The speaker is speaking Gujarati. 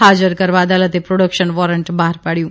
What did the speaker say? હાજર કરવા અદાલતે પ્રોડકશન વોરંટ બહાર પાડયું